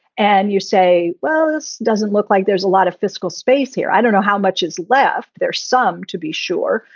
and you say, well, it doesn't look like there's a lot of fiscal space here. i don't know how much is left there, some to be sure.